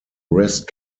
rest